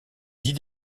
dix